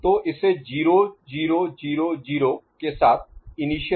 तो इसे 0 0 0 0 के साथ इनिशियलाईज नहीं करना चाहिए